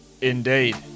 Indeed